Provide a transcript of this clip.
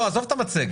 עזוב את המצגת.